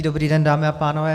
Dobrý den, dámy a pánové.